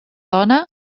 dona